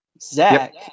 Zach